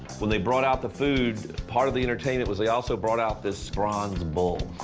when they brought out the food, part of the entertainment was they also brought out this bronze bull.